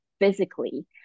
physically